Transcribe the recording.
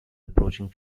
approaching